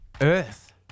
Earth